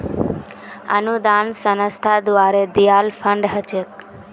अनुदान संस्था द्वारे दियाल फण्ड ह छेक